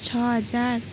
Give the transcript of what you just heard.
छ हजार